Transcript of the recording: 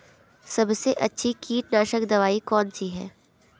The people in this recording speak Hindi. सबसे अच्छी कीटनाशक दवाई कौन सी है?